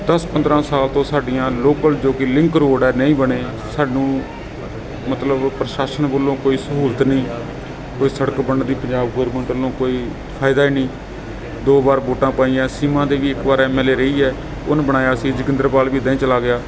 ਦਸ ਪੰਦਰ੍ਹਾਂ ਸਾਲ ਤੋਂ ਸਾਡੀਆਂ ਲੋਕਲ ਜੋ ਕਿ ਲਿੰਕ ਰੋਡ ਹੈ ਨਹੀਂ ਬਣਿਆ ਸਾਨੂੰ ਮਤਲਬ ਪ੍ਰਸ਼ਾਸਨ ਵੱਲੋਂ ਕੋਈ ਸਹੂਲਤ ਨਹੀਂ ਕੋਈ ਸੜਕ ਬਣਨ ਦੀ ਪੰਜਾਬ ਗੋਰਮੈਂਟ ਵੱਲੋਂ ਕੋਈ ਫ਼ਾਇਦਾ ਹੀ ਨਹੀਂ ਦੋ ਵਾਰ ਵੋਟਾਂ ਪਾਈਆਂ ਸੀਮਾ ਦੇਵੀ ਇਕ ਵਾਰ ਐਮ ਐਲ ਏ ਰਹੀ ਹੈ ਉਹਨੂੰ ਬਣਾਇਆ ਸੀ ਜਗਿੰਦਰਪਾਲ ਵੀ ਇੱਦਾਂ ਹੀ ਚਲਾ ਗਿਆ